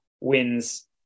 wins